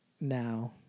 now